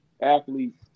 athletes